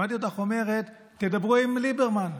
שמעתי אותך אומרת: תדברו עם ליברמן.